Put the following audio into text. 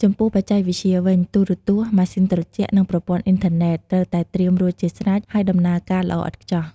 ចំពោះបច្ចេកវិទ្យាវិញ ទូរទស្សន៍ ម៉ាស៊ីនត្រជាក់ និងប្រព័ន្ធអ៊ីនធឺណិត ត្រូវតែត្រៀមរួចជាស្រេច ហើយដំណើរការល្អឥតខ្ចោះ។